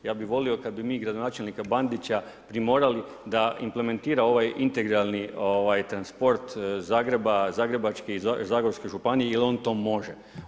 Ja bi volio kada bi mi gradonačelnika Bandića, bi morali da implementirali ovaj integralni transport Zagreba, Zagrebačke i Zagorske županije jer on to može.